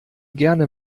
gerne